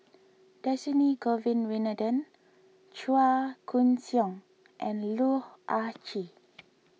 Dhershini Govin Winodan Chua Koon Siong and Loh Ah Chee